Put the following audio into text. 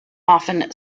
often